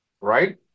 right